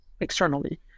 externally